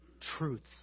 truths